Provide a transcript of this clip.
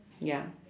ya